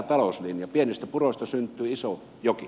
pienistä puroista syntyy iso joki